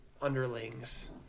underlings